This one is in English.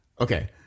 Okay